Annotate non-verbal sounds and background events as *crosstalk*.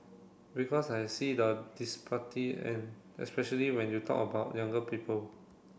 because I see the *unintelligible* and especially when you talk about younger people